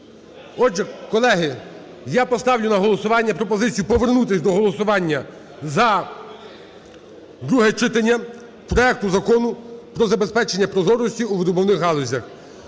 Отже, колеги, я поставлю на голосування пропозицію повернутися до голосування за друге читання проекту Закону про забезпечення прозорості у видобувних галузях.